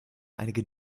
einige